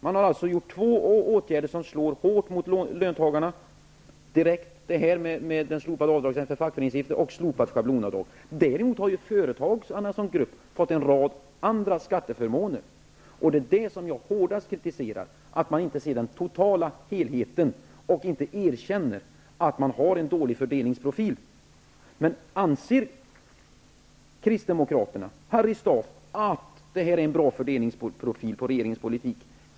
Man har vidtagit två åtgärder som slår direkt och hårt mot löntagarna, nämligen slopandet av avdragsrätten för fackföreningsavgifter och avskaffandet av schablonavdraget. Å andra sidan har företagen som grupp fått en rad skatteförmåner, och det är det som jag hårdast kritiserar. Man ser inte till helheten och erkänner inte att man har en dålig fördelningsprofil. Anser Kristdemokraterna, Harry Staaf, att det är en bra fördelningsprofil på regeringens politik?